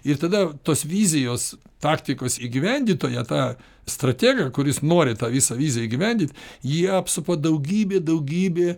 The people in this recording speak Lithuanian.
ir tada tos vizijos taktikos įgyvendintoją tą strategą kuris nori tą visą viziją įgyvendyt jie apsupa daugybė daugybė